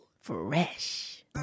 fresh